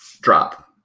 drop